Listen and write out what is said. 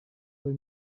will